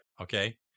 okay